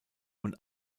und